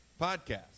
podcast